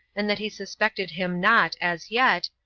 and that he suspected him not as yet,